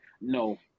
No